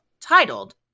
titled